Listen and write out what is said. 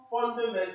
fundamental